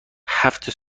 هفت